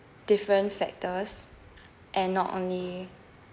different factors and not only